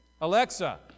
Alexa